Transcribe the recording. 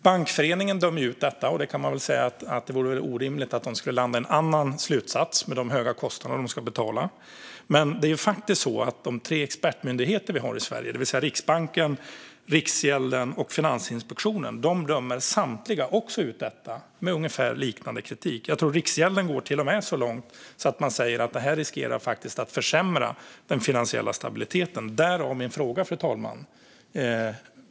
Bankföreningen dömer ut det här, och det vore väl orimligt att de skulle landa i en annan slutsats med tanke på de höga kostnader som de ska betala. Dock dömer faktiskt samtliga tre expertmyndigheter som vi har i Sverige, det vill säga Riksbanken, Riksgälden och Finansinspektionen, också ut detta med liknande kritik. Jag tror att Riksgälden till och med går så långt att man säger att detta riskerar att försämra den finansiella stabiliteten.